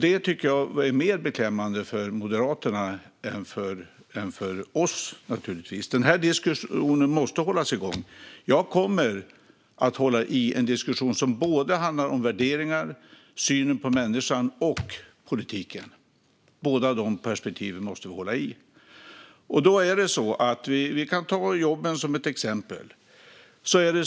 Detta tycker jag naturligtvis är mer beklämmande för Moderaterna än för oss. Den här diskussionen måste hållas igång. Jag kommer att hålla i en diskussion som både handlar om värderingar, synen på människan, och politiken. Båda dessa perspektiv måste vi hålla i. Vi kan ta jobben som ett exempel.